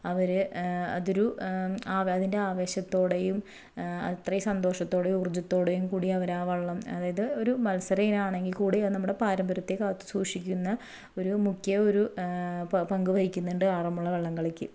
അവർ അതൊരു അതിൻ്റെ ആവേശത്തോടെയും അത്രയും സന്തോഷത്തോടെയും ഊർജത്തോടെയും കൂടി അവർ ആ വള്ളം അതായത് ഒരു മത്സരയിനമാണെങ്കിൽ കൂടെ അത് നമ്മുടെ പാരമ്പര്യത്തെ കാത്തുസൂക്ഷിക്കുന്ന ഒരു മുഖ്യ ഒരു പ പങ്ക് വഹിക്കുന്നുണ്ട് ആറന്മുള വള്ളം കളിക്ക്